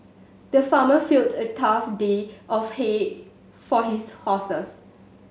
the farmer filled a trough of hay for his horses